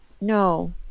No